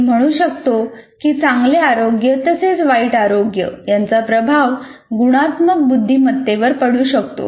मी म्हणू शकतो की चांगले आरोग्य तसेच वाईट आरोग्य यांचा प्रभाव गुणात्मक बुद्धिमत्तेवर पडू शकतो